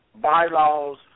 bylaws